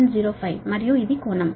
05 మరియు ఇది కోణం